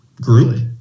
group